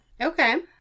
Okay